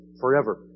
forever